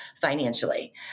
financially